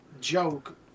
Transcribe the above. joke